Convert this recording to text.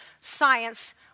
science